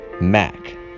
Mac